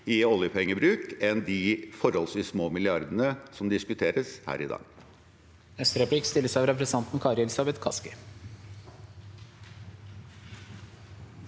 i oljepengebruk enn de forholdsvis små milliardene som diskuteres her i dag.